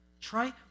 Try